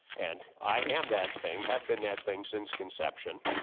and i am that thing have been that thing since conception,